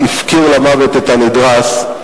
הפקיר למוות את הנדרס,